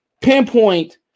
pinpoint